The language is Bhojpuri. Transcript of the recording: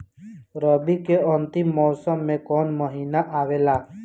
रवी के अंतिम मौसम में कौन महीना आवेला?